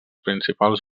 principals